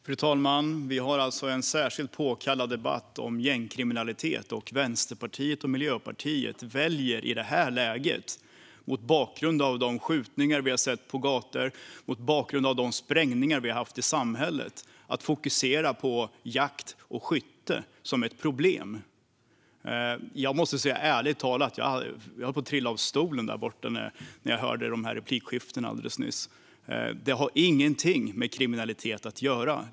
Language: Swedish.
Fru talman! Vi har alltså en särskilt påkallad debatt om gängkriminalitet. I detta läge väljer Vänsterpartiet och Miljöpartiet, mot bakgrund av de skjutningar som vi har sett på gator och mot bakgrund av de sprängningar som vi har haft i samhället, att fokusera på jakt och skytte som ett problem. Ärligt talat höll jag på att trilla av stolen när jag hörde dessa replikskiften alldeles nyss. Detta har ingenting med kriminalitet att göra.